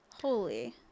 holy